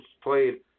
played